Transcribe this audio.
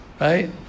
Right